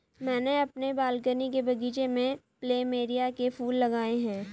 मैंने अपने बालकनी के बगीचे में प्लमेरिया के फूल लगाए हैं